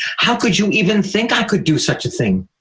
how could you even think i could do such a thing?